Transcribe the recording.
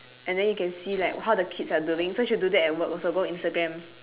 and then you can see like how the kids are doing so should do that at work also go instagram